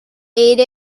ate